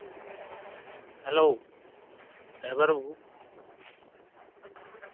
hello driver ᱵᱟ ᱵᱩ